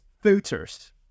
filters